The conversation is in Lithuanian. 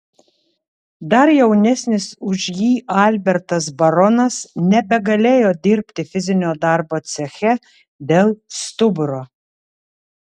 dar jaunesnis už jį albertas baronas nebegalėjo dirbti fizinio darbo ceche dėl stuburo